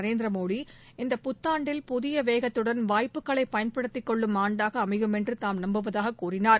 நரேந்திரமோடி இந்த புத்தாண்டில் புதிய வேகத்துடன் வாய்ப்புகளை பயன்படுத்தி கொள்ளும் ஆண்டாக அமையும் என்று தாம் நம்புவதாக கூறினார்